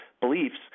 beliefs